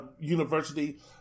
university